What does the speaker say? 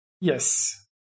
Yes